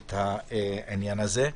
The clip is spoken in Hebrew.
את העניין הזה.